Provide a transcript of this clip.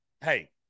hey